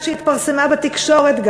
שהתפרסמה גם בתקשורת,